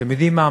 אתם יודעים מה?